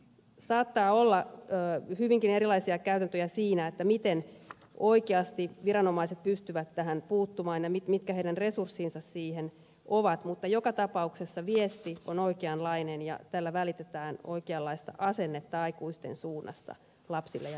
saattaa olla hyvinkin erilaisia käytäntöjä siinä miten oikeasti viranomaiset pystyvät tähän puuttumaan ja mitkä heidän resurssinsa siihen ovat mutta joka tapauksessa viesti on oikeanlainen ja tällä välitetään oikeanlaista asennetta aikuisten suunnasta lapsille ja nuorille